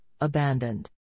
abandoned